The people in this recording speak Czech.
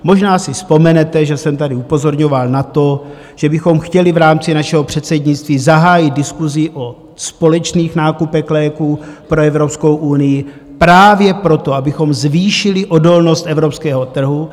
Možná si vzpomenete, že jsem tady upozorňoval na to, že bychom chtěli v rámci našeho předsednictví zahájit diskusi o společných nákupech léků pro Evropskou unii právě proto, abychom zvýšili odolnost evropského trhu.